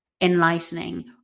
enlightening